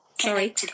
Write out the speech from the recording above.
Sorry